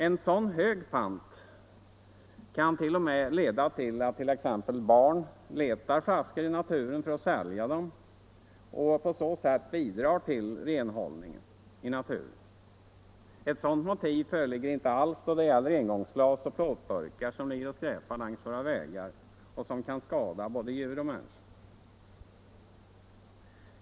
En sådan hög pant kan t.o.m. leda till att t.ex. barn letar flaskor i naturen för att sälja dem och på så sätt bidrar till renhållningen i naturen. Ett sådant motiv föreligger ju inte alls då det gäller engångsglas och plåtburkar som ligger och skräpar längs våra vägar och som kan skada både djur och människor.